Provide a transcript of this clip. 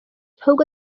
ahubwo